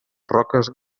roques